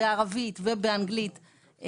בערבית ובאנגלית,